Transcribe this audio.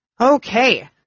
Okay